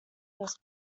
first